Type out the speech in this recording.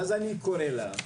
ואז אני קורא לה,